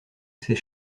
ces